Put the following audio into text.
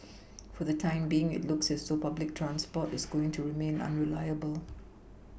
for the time being it looks as though public transport is going to remain unreliable